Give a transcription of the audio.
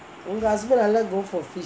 உங்கே:ungae husband எல்லாம்:ellam go for